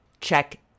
check